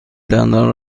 دندان